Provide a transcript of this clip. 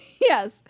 Yes